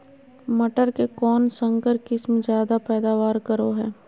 मटर के कौन संकर किस्म जायदा पैदावार करो है?